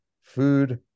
food